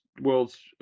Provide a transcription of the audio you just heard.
world's